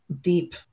deep